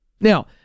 Now